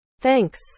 Thanks